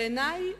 בעיני,